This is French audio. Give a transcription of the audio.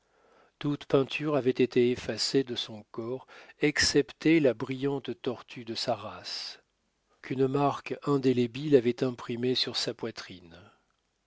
toute peinture avait été effacée de son corps excepté la brillante tortue de sa race qu'une marqué indélébile avait imprimée sur sa poitrine